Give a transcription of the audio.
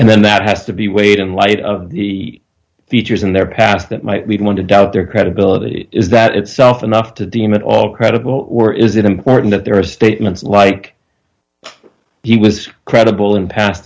and then that has to be weighed in light of the features in their past that might lead one to doubt their credibility is that itself enough to deem it all credible or is it important that there are statements like he was credible in past